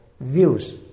views